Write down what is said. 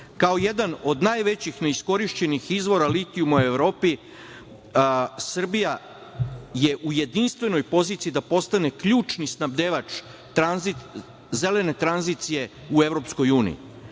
jedan od najvećih neiskorišćenih izvora litijuma u Evropi, Srbija je u jedinstvenoj poziciji da postane ključni snabdevač zelene tranzicije u EU.Da